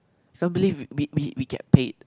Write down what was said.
can't believe we we we get paid